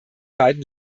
beiden